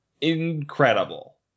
incredible